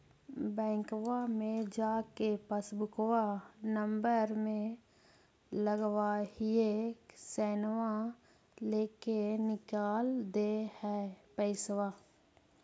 बैंकवा मे जा के पासबुकवा नम्बर मे लगवहिऐ सैनवा लेके निकाल दे है पैसवा?